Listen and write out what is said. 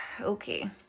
okay